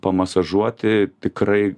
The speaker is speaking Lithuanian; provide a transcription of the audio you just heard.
pamasažuoti tikrai